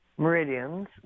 meridians